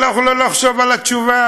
את לא יכולה לחשוב על התשובה.